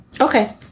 Okay